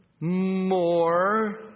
more